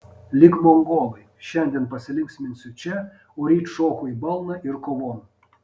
lyg mongolai šiandien pasilinksminsiu čia o ryt šoku į balną ir kovon